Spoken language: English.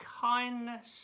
kindness